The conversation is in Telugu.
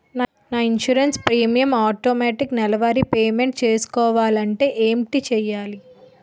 నా ఇన్సురెన్స్ ప్రీమియం ఆటోమేటిక్ నెలవారి పే మెంట్ చేసుకోవాలంటే ఏంటి చేయాలి?